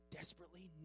desperately